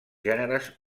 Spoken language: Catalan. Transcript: gèneres